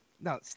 no